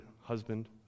husband